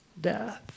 death